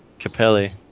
Capelli